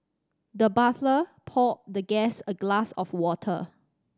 the butler poured the guest a glass of water